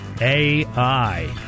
AI